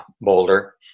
Boulder